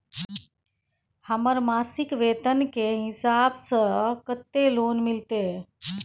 हमर मासिक वेतन के हिसाब स कत्ते लोन मिलते?